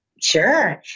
Sure